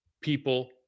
people